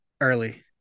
early